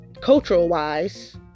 cultural-wise